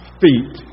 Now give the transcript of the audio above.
feet